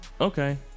Okay